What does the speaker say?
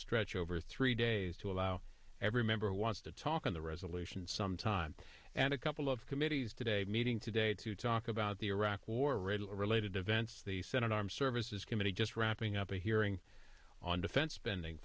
stretch over three days to allow every member wants to talk on the resolution sometime and a couple of committees today meeting today to talk about the iraq war riddle related events the senate armed services committee just wrapping up a hearing on defense spending